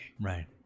Right